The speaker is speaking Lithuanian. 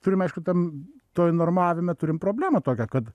turime aišku tam tam normavime turim problemą tokią kad